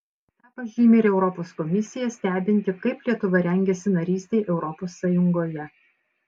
tą pažymi ir europos komisija stebinti kaip lietuva rengiasi narystei europos sąjungoje